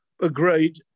Agreed